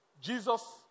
Jesus